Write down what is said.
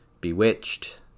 Bewitched